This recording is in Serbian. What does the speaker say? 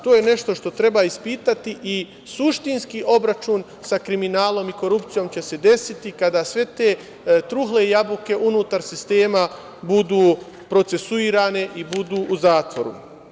To je nešto što treba ispitati i suštinski obračun sa kriminalom i korupcijom će se desiti kada sve te „trule jabuke“ unutar sistema budu procesuirane i budu u zatvoru.